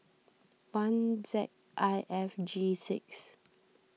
one Z I F G six